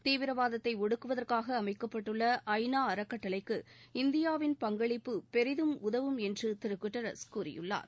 தீவிரவாதத்தை ஒடுக்குவதற்காக அமைக்கப்பட்டுள்ள ஐ நா அறக்கட்டளைக்கு இந்தியாவின் பங்களிப்பு பெரிதும் உதவும் என்று திரு கட்டரஸ் கூறியுள்ளார்